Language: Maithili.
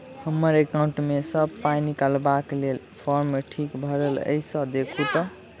हम्मर एकाउंट मे सऽ पाई निकालबाक लेल फार्म ठीक भरल येई सँ देखू तऽ?